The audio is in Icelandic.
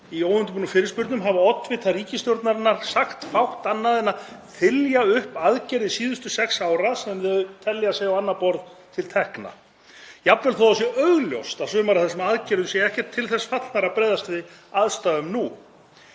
í óundirbúnum fyrirspurnum hafa oddvitar ríkisstjórnarinnar sagt fátt annað en að þylja upp aðgerðir síðustu sex ára sem þau telja sér á annað borð til tekna, jafnvel þó að það sé augljóst að sumar af þessum aðgerðum séu ekki til þess fallnar að bregðast við aðstæðum nú.